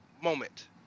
moment